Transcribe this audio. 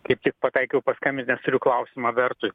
kaip tik pataikiau paskambint nes turiu klausimą bertui